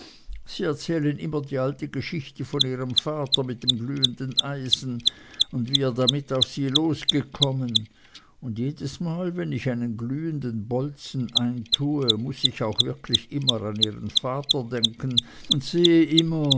sie erzählen immer die alte geschichte von ihrem vater mit dem glühenden eisen und wie er damit auf sie losgekommen und jedesmal wenn ich einen glühenden bolzen eintue muß ich auch wirklich immer an ihren vater denken und sehe immer